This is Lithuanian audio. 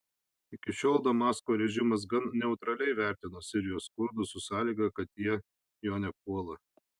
iki šiol damasko režimas gan neutraliai vertino sirijos kurdus su sąlyga kad jie jo nepuola